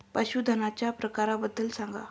पशूधनाच्या प्रकारांबद्दल सांगा